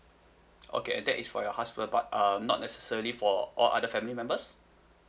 okay and that is for your husband but um not necessarily for all other family members